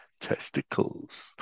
testicles